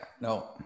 No